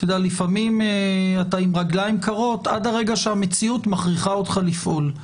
לפעמים אתה עם רגליים קרות עד הרגע שהמציאות מכריחה אותך לפעול.